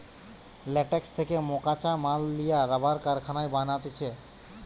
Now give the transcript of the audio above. latex থেকে মকাঁচা মাল লিয়া রাবার কারখানায় বানাতিছে